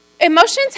Emotions